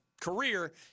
career